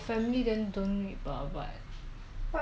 every~ then your love [one] also will die [what] or your friends also will die [what]